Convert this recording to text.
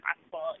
possible